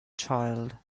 child